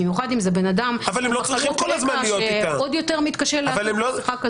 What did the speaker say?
במיוחד עם זה בן אדם עם מחלות רקע שעוד יותר מתקשה לשים מסכה כזאת.